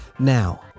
Now